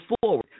forward